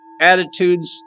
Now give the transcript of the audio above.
attitudes